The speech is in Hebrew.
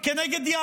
כנגד הציבור הערבי,